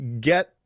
get